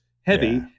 heavy